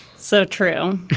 so true.